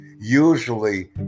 usually